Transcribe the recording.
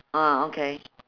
ah okay